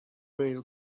rail